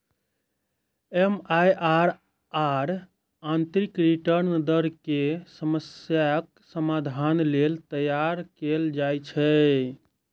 MIRR आंतरिक return दर के समस्याक समाधान लेल तैयार कैल जाइ छै